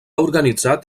organitzat